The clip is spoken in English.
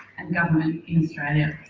and government in australia.